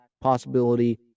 possibility